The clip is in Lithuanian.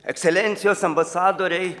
ekscelencijos ambasadoriai